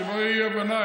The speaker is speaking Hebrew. שלא תהיה אי-הבנה.